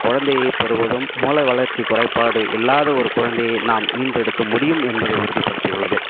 குழந்தையை பெறுவதும் மூளை வளர்ச்சி குறைபாடு இல்லாத ஒரு குழந்தையை நாம் ஈன்றெடுக்க முடியும் என்பதை உறுதிப்படுத்தியுள்ளது